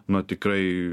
na tikrai